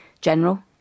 General